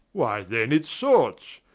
why then it sorts,